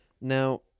Now